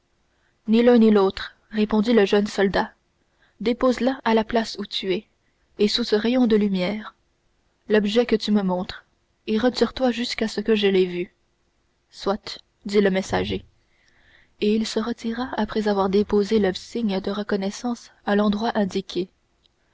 ni l'un ni l'autre répondit le jeune soldat dépose à la place où tu es et sous ce rayon de lumière l'objet que tu me montres et retire-toi jusqu'à ce que je l'aie vu soit dit le messager et il se retira après avoir déposé le signe de reconnaissance à l'endroit indiqué